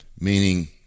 Meaning